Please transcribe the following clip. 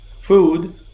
food